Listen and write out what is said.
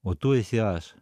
o tu esi aš